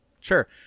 Sure